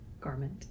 Garment